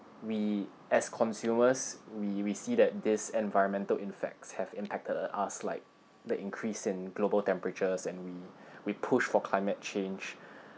we as consumers we we see that this environmental effects have impacted u~ us like the increase in global temperatures and we we pushed for climate change